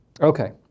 Okay